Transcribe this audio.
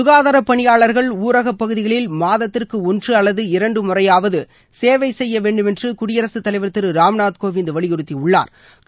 சுகாதாரப் பணியாளர்கள் ஊரகப் பகுதிகளில் மாதத்திற்கு ஒன்று அல்லது இரண்டு முறையாவது எவே செய்ய வேண்டுமென்று குடியரசுத் தலைவர் திரு ராம்நாத் கோவிந்த் வலியுறுத்தியுள்ளாா்